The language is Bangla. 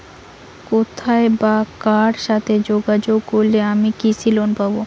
কোথায় বা কার সাথে যোগাযোগ করলে আমি কৃষি লোন পাব?